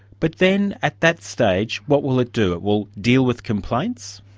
but then at that stage, what will it do? it will deal with complaints?